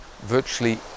Virtually